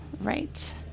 right